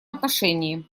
отношении